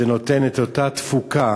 והם נותנים את אותה תפוקה.